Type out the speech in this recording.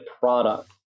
product